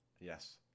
Yes